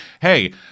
hey